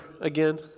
again